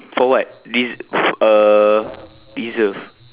for what this uh reserved